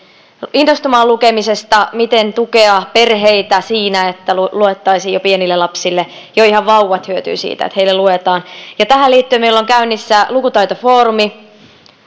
innostumaan lukemisesta miten tukea perheitä siinä että luettaisiin jo pienille lapsille jo ihan vauvat hyötyvät siitä että heille luetaan tähän liittyen meillä on käynnissä lukutaitofoorumi